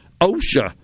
OSHA